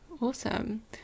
Awesome